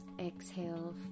Exhale